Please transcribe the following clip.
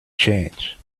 change